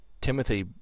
Timothy